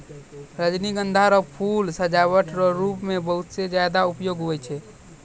रजनीगंधा रो फूल सजावट रो रूप मे बहुते ज्यादा उपयोग हुवै छै